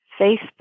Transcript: Facebook